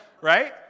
right